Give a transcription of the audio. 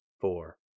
four